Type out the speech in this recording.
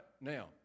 Now